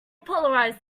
polarized